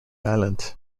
island